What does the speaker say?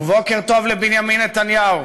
ובוקר טוב לבנימין נתניהו,